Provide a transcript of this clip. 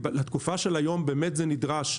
כי בתקופה של היום באמת זה נדרש.